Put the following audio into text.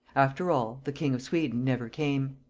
after all, the king of sweden never came.